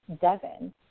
Devin